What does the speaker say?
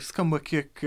skamba kiek